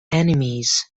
enemies